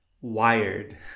wired